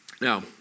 Now